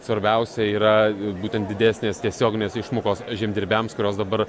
svarbiausia yra būtent didesnės tiesioginės išmokos žemdirbiams kurios dabar